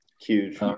Huge